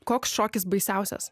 koks šokis baisiausias